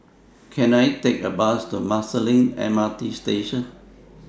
Can I Take A Bus to Marsiling M R T Station